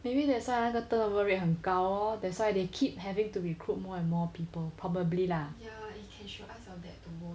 maybe that's why 那个 turnover rate 很高 lor that's why they keep having to recruit more and more people probably lah